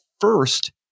first